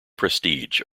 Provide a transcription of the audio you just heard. prestige